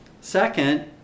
Second